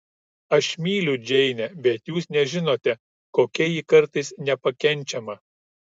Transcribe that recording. aš myliu džeinę bet jūs nežinote kokia ji kartais nepakenčiama